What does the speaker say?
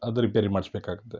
ಅದು ರಿಪೇರಿ ಮಾಡಿಸ್ಬೇಕಾಗತ್ತೆ